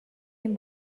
این